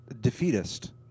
defeatist